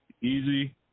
easy